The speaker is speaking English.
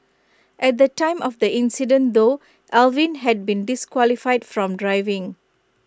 at the time of the incident though Alvin had been disqualified from driving